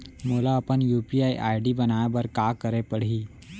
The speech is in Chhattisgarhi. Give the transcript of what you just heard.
मोला अपन यू.पी.आई आई.डी बनाए बर का करे पड़ही?